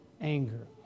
anger